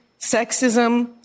sexism